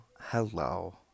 hello